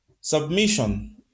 Submission